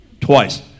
Twice